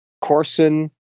Corson